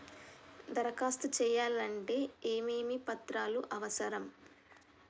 దరఖాస్తు చేయాలంటే ఏమేమి పత్రాలు అవసరం?